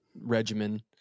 regimen